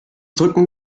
drücken